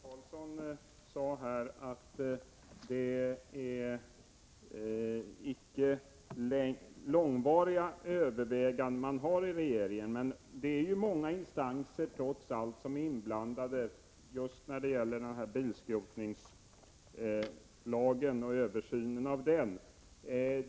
Fru talman! Ove Karlsson sade att det icke är fråga om långvariga överväganden i regeringen. Det är trots allt många instanser som är inblandade just i översynen av bilskrotningslagen.